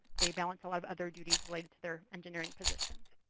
they balance a lot of other duties related to their engineering position.